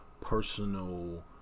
personal